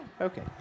Okay